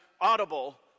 audible